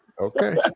Okay